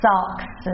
Socks